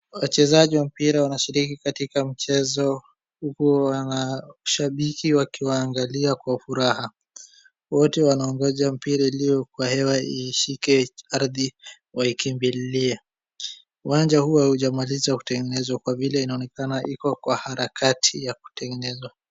Wachezaji wa mpira wanashiriki katika mchezo huku wanashabiki wakiwaangalia kwa furaha. Wote wanangoja mpira iliyo kwa hewa ili ishike ardhi waikimblie uwanja huo haujamalizwa kutengenezwa kwa vile inaonekana iko kwa harakati ya kutengenezwa.